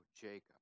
Jacob